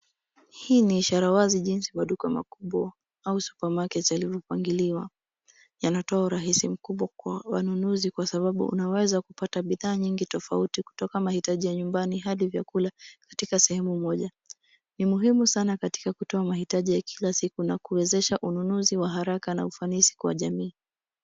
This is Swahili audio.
Hii ni ishara wazi jinsi maduka makubwa au supermarket yalivyopangiliwa. Yanatoa urahisi mkubwa kwa wanunuzi kwasababu unaweza kupata bidhaa nyingi tofauti kutoka mahitaji ya nyumbani hadi vyakula katika sehemu moja. Ni muhimu sana katika kutoa mahitaji ya kila siku na kuwezesha ununuzi wa haraka na ufanisi kwa jamii.